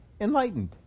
enlightened